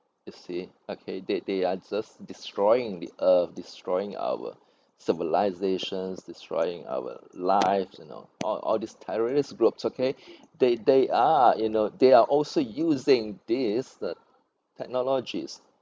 you see okay they they are just destroying the earth destroying our civilizations destroying our lives you know all all this terrorist groups okay they they are you know they are also using this the technologies